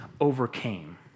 overcame